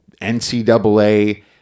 NCAA